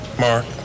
Mark